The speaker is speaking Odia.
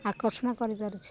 ଆକର୍ଷଣ କରିପାରୁଛି